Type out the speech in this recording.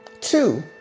Two